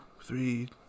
three